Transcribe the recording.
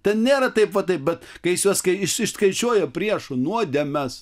ten nėra taip vat taip bet kai jis juos kai iš išskaičiuoja priešų nuodėmes